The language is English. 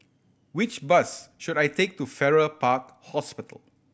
which bus should I take to Farrer Park Hospital